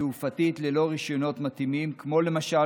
תעופתית ללא רישיונות מתאימים, כמו למשל